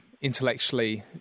intellectually